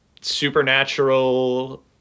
Supernatural –